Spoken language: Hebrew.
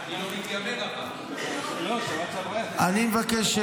אני מבקש,